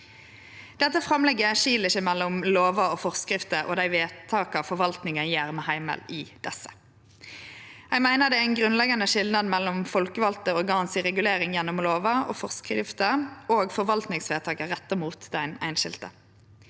Dette framlegget skil ikkje mellom lover og forskrifter og dei vedtaka forvaltninga gjer med heimel i desse. Eg meiner det er ein grunnleggjande skilnad mellom folkevalde organ si regulering gjennom lover og forskrifter og forvaltningsvedtak retta mot den einskilde.